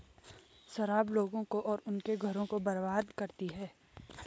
शराब लोगों को और उनके घरों को बर्बाद करती है